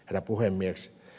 herra puhemies